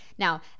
Now